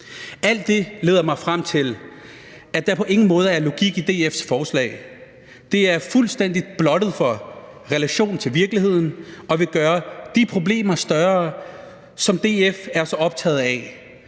Alt det leder mig frem til, at der på ingen måde er en logik i DF's forslag. Det er fuldstændig blottet for relation til virkeligheden og vil gøre de problemer større, som DF er så optaget af.